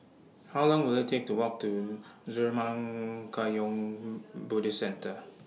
How Long Will IT Take to Walk to Zurmang Kagyud Buddhist Centre